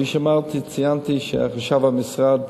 כפי שאמרתי, ציינתי שחשב המשרד